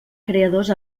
creadors